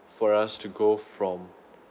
for us to go from